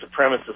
supremacist